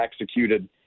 executed